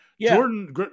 Jordan